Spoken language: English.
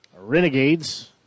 Renegades